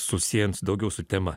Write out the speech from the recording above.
susiejant daugiau su tema